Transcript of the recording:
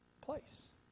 place